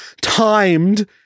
timed